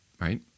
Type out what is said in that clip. Right